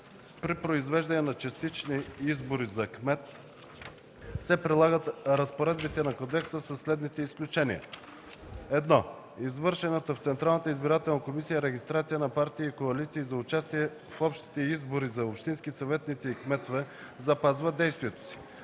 При произвеждане на частични избори за кмет се прилагат разпоредбите на кодекса със следните изключения: 1. извършената в Централната избирателна комисия регистрация на партии и коалиции за участие в общите избори за общински съветници и кметове запазва действието си;